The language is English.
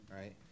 right